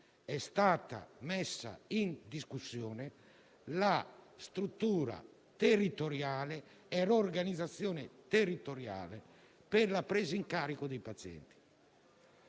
state messe in discussione la struttura e l'organizzazione territoriali per la presa in carico dei pazienti.